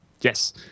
Yes